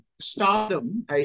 stardom